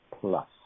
plus